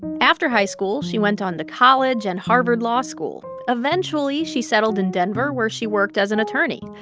after high school, she went on to college and harvard law school. eventually, she settled in denver, where she worked as an attorney.